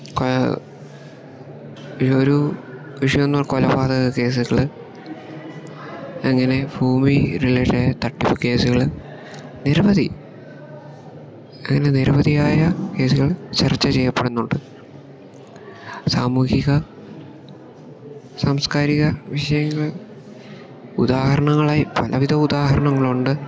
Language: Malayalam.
കോ ഈ ഒരു വിഷയമെന്ന് പറ കൊലപാത കേസുകള് അങ്ങനെ ഭൂമി റിലേറ്റഡ് തട്ടിപ്പ് കേസുകള് നിരവധി അങ്ങനെ നിരവധിയായ കേസുകൾ ചർച്ച ചെയ്യപ്പെടുന്നുണ്ട് സാമൂഹിക സാംസ്കാരിക വിഷയങ്ങള് ഉദാഹരണങ്ങളായി പലവിധ ഉദാഹരങ്ങൾ ഉണ്ട്